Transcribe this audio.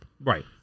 Right